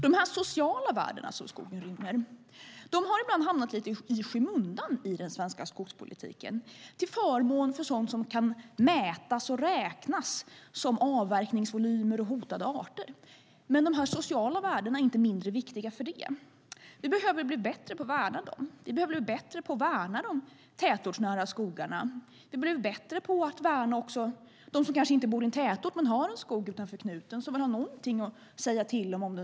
Dessa sociala värden som skogen rymmer har ibland hamnat lite i skymundan i den svenska skogspolitiken till förmån för sådant som kan mätas och räknas, till exempel avverkningsvolymer och hotade arter. Men dessa sociala värden är inte mindre viktiga för det. Vi behöver bli bättre på att värna dem. Vi behöver bli bättre på att värna de tätortsnära skogarna. Vi behöver bli bättre på att värna den skog som kanske finns utanför knuten hos dem som kanske inte bor i en tätort. Om den skogen ska huggas ned kanske de vill ha någonting att säga till om.